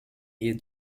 ier